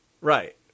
Right